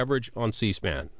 coverage on c span